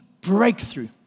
breakthrough